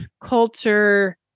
culture